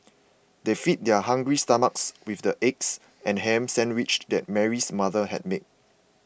they fed their hungry stomachs with the eggs and ham sandwiches that Mary's mother had made